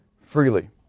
freely